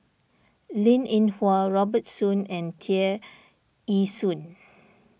Linn in Hua Robert Soon and Tear Ee Soon